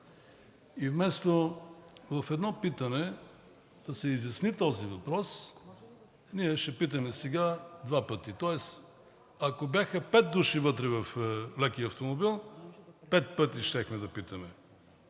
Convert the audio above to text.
И вместо в едно питане да се изясни този въпрос, ние ще питаме сега два пъти, тоест ако бяха пет души вътре в лекия автомобил, пет пъти щяхме да питаме.